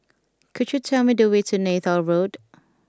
could you tell me the way to Neythal Road